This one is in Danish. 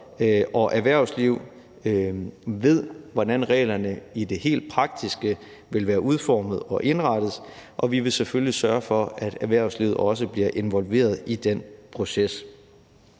og erhvervsliv ved, hvordan reglerne i det helt praktiske vil være udformet og indrettet. Og vi vil selvfølgelig sørge for, at erhvervslivet også bliver involveret i den proces.